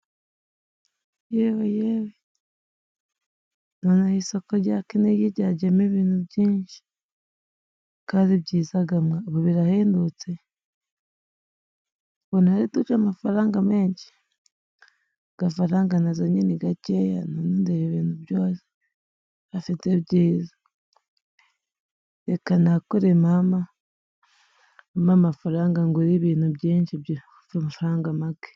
Yewe yewe！ Noneho isoko rya Kinigi ryajemo ibintu byinshi. Ko ari byizaga mwa ubu birahendutse ? Ubu ntibari buduce amafaranga menshi ? Agafaranga nazanye ni gakeya n'ibi bintu byose bafite byiza. Reka nakure mama ampe amafaranga ngure ibintu byinshi byiza ku mafaranga make.